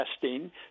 testing